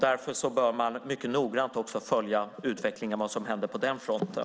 Därför bör man också noga följa utvecklingen av vad som händer på den fronten.